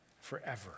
forever